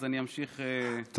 אז אני אמשיך בחוקים הבאים.